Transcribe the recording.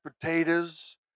potatoes